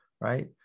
right